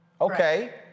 Okay